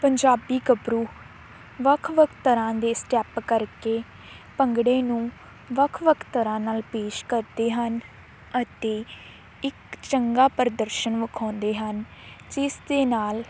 ਪੰਜਾਬੀ ਗੱਬਰੂ ਵੱਖ ਵੱਖ ਤਰ੍ਹਾਂ ਦੇ ਸਟੈਪ ਕਰਕੇ ਭੰਗੜੇ ਨੂੰ ਵੱਖ ਵੱਖ ਤਰ੍ਹਾਂ ਨਾਲ ਪੇਸ਼ ਕਰਦੇ ਹਨ ਅਤੇ ਇੱਕ ਚੰਗਾ ਪ੍ਰਦਰਸ਼ਨ ਵਿਖਾਉਂਦੇ ਹਨ ਜਿਸ ਦੇ ਨਾਲ